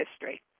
history